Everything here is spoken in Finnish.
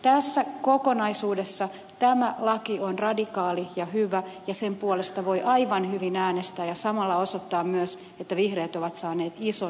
tässä kokonaisuudessa tämä laki on radikaali ja hyvä ja sen puolesta voi aivan hyvin äänestää ja samalla osoittaa myös että vihreät ovat saaneet ison